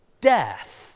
death